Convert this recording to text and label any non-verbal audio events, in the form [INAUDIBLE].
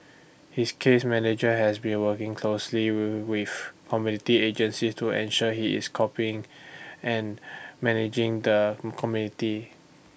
his case manager has been working closely [UNINTELLIGIBLE] with community agencies to ensure he is coping and managing the community